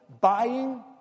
buying